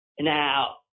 now